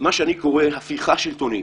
שאני קורא לו "הפיכה שלטונית",